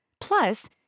Plus